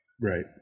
Right